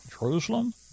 Jerusalem